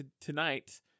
tonight